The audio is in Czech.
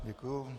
Děkuju.